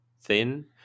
thin